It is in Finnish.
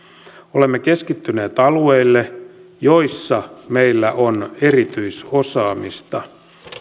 olemme keskittyneet alueille joissa meillä on erityisosaamista